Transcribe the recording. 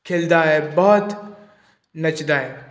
ਖਿਲਦਾ ਹੈ ਬਹੁਤ ਨੱਚਦਾ ਹੈ